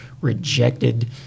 rejected